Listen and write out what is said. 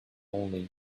only